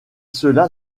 cela